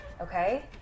okay